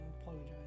apologize